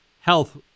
health